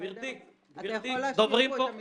גברתי --- אתה יכול להשאיר פה את המסמך.